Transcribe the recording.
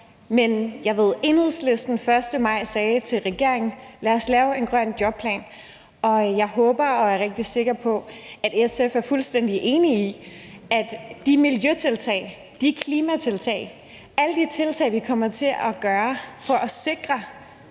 at Enhedslisten den 1. maj sagde til regeringen, at lad os lave en grøn jobplan, og jeg håber og er rigtig sikker på, at SF er fuldstændig enig i, at i forbindelse med de miljøtiltag og klimatiltag, alle de tiltag, vi kommer til at tage for at sikre,